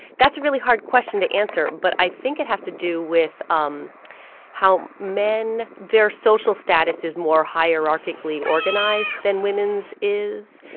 that's a really hard question to answer. but i think it has to do with um how men their social status is more hierarchically organized than women's is.